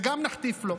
וגם נחטיף לו.